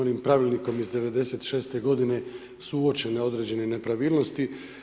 Onim pravilnikom iz '96. godine su uočene određene nepravilnosti.